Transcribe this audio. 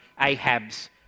Ahab's